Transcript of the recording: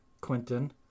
Quentin